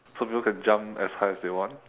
so people can jump as high as they want